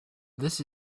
this